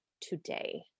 today